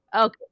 Okay